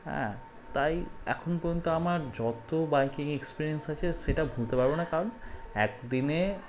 হ্যাঁ তাই এখন পর্যন্ত আমার যত বাইকিং এক্সপিরিয়েন্স আছে সেটা ভুলতে পারবো না কারণ একদিনে